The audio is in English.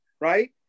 Right